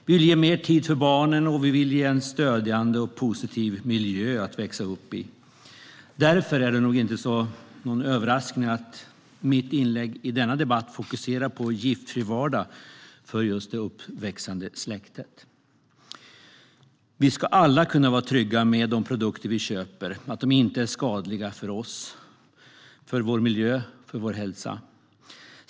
Vi vill ge mer tid för barnen och en stödjande och positiv miljö att växa upp i. Därför är det nog inte någon överraskning att mitt inlägg i denna debatt fokuserar på giftfri vardag för just det uppväxande släktet. Vi ska alla kunna vara trygga med att de produkter vi köper inte är skadliga för oss, för vår miljö och vår hälsa.